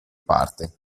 parte